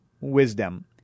wisdom